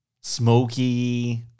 smoky